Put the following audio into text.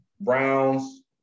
Browns